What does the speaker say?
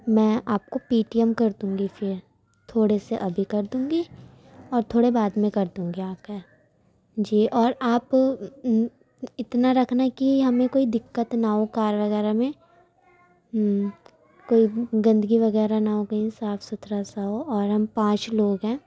میں آپ کو پے ٹی ایم کر دوں گی پھر تھوڑے سے ابھی کر دوں گی اور تھوڑے بعد میں کر دوں گی آ کے جی اور آپ اتنا رکھنا کہ ہمیں کوئی دقت نہ ہو کار وغیرہ میں کوئی گندگی وغیرہ نہ ہو کہیں صاف ستھرا سا ہو اور ہم پانچ لوگ ہیں